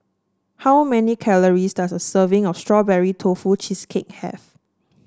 how many calories does a serving of Strawberry Tofu Cheesecake have